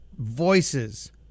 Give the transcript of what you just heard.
Voices